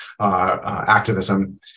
activism